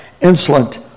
insolent